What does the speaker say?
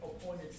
appointed